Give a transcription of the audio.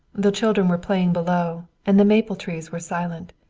the children were playing below, and the maple trees were silent.